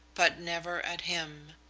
but never at him.